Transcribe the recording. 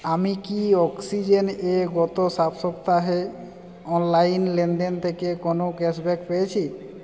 আমি কি অক্সিজেন এ গত সাত সপ্তাহে অনলাইন লেনদেন থেকে কোনো ক্যাশব্যাক পেয়েছি